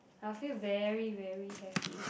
I'll feel very very happy